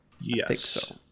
Yes